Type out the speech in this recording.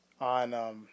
on –